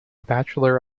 bachelor